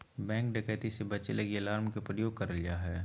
bank डकैती से बचे लगी अलार्म के प्रयोग करल जा हय